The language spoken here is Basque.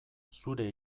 zure